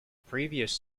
previous